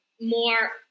more